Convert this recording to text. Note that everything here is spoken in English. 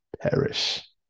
perish